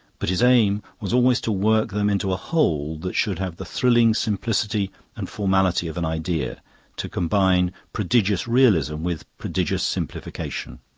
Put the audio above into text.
but his aim was always to work them into a whole that should have the thrilling simplicity and formality of an idea to combine prodigious realism with prodigious simplification.